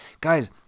Guys